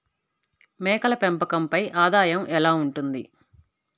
మేకల పెంపకంపై ఆదాయం ఎలా ఉంటుంది?